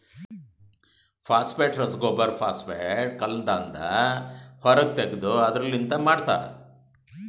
phosphate ರಸಗೊಬ್ಬರ phosphate ಕಲ್ಲದಾಂದ ಹೊರಗ್ ತೆಗೆದು ಅದುರ್ ಲಿಂತ ಮಾಡ್ತರ